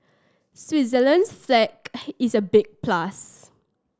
Switzerland's flag is a big plus